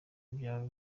byaba